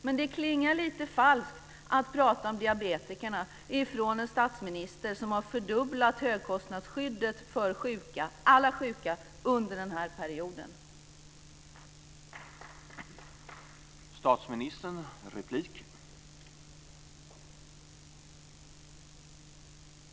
Men det klingar lite falskt när en statsminister som har fördubblat högkostnadsskyddet för alla sjuka under denna period talar om diabetikerna.